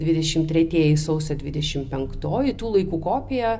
dvidešimt tretieji sausio dvidešimt penktoji tų laikų kopija